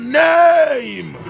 name